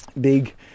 big